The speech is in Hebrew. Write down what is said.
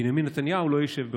בנימין נתניהו לא יישב בראשה.